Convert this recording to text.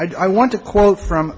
d i want to quote from